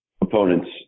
opponents